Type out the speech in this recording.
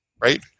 right